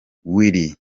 willy